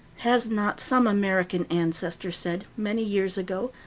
has not some american ancestor said, many years ago,